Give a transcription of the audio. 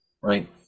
Right